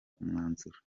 umwanzuro